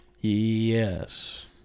Yes